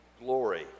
glory